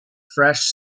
fresh